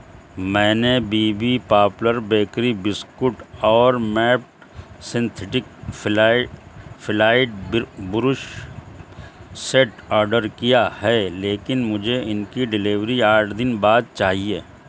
میں نے B B popular bakery biscuit اور map synthetic fly flight brush set order کیا ہے لیکن مجھے ان کی ڈیلیوری آٹھ دن بعد چاہیے